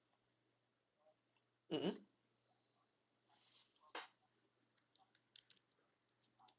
mmhmm